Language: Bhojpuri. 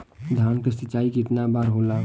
धान क सिंचाई कितना बार होला?